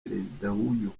president